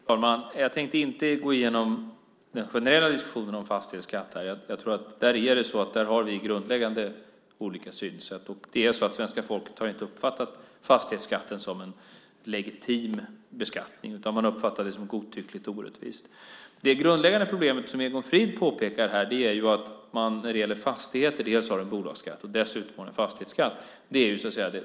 Fru talman! Jag tänkte inte gå igenom den generella diskussionen om fastighetsskatt här. Där har vi grundläggande olika synsätt. Svenska folket har inte uppfattat fastighetsskatten som en legitim beskattning utan som något godtyckligt och orättvist. Det grundläggande problemet, som Egon Frid påpekar här, är att man när det gäller fastigheter har dels en bolagsskatt, dels en fastighetsskatt.